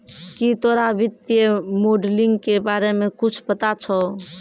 की तोरा वित्तीय मोडलिंग के बारे मे कुच्छ पता छौं